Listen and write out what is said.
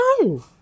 No